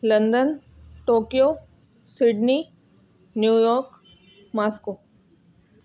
London Tokyo Sydney New York Moscow